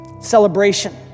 Celebration